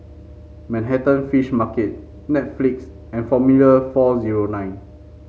Manhattan Fish Market Netflix and Formula four zero nine